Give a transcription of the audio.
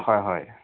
হয় হয়